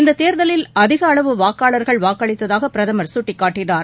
இந்த தேர்தலில் அதிகளவு வாக்காளர்கள் வாக்களித்ததாக பிரதமர் சுட்டிக்காட்டினார்